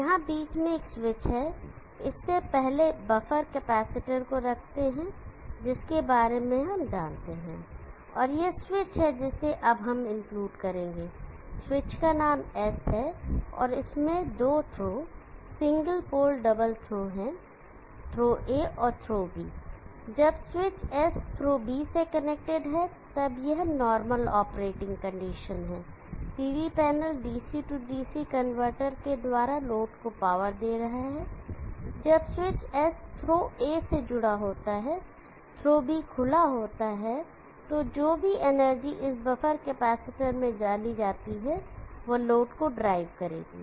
यहां बीच में एक स्विच है इससे पहले बफर कैपेसिटर को रखते हैं जिसके बारे में हम जानते हैं और यह स्विच है जिसे अब हम इंक्लूड करेंगे स्विच का नाम S है और इसमें दो throw single pole double throw हैं थ्रो ए और थ्रो बी जब स्विच S थ्रो बी से कनेक्टेड है तब यह नॉरमल ऑपरेटिंग कंडीशन है PV panel DC DC converter के द्वारा लोड को पावर दे रहा है जब स्विच S थ्रो A से जुड़ा होता है थ्रो बी खुला होता है और जो भी एनर्जी इस बफर कैपेसिटर में डाली जाती है वह लोड को ड्राइव करेगी